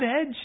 edge